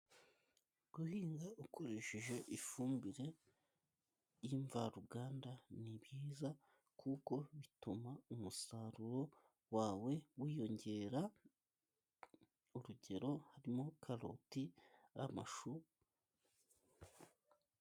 Guhinga ukoresheje ifumbire y'imvaruganda ni byiza kuko bituma umusaruro wawe wiyongera urugero harimo karoti, amashu.